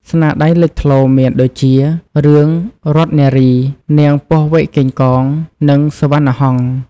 ស្នាដៃលេចធ្លោមានដូចជារឿង រតន៍នារី នាងពស់វែកកេងកង និង សុវណ្ណហង្ស។